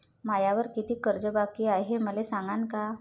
मायावर कितीक कर्ज बाकी हाय, हे मले सांगान का?